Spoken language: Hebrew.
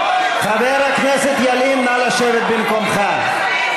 חבר הכנסת ילין, נא לשבת במקומך.